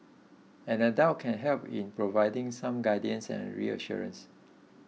an adult can help in providing some guidance and reassurance